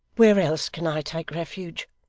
where else can i take refuge?